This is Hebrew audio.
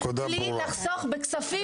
בלי לחסוך בכספים,